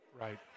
Right